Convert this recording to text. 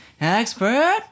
expert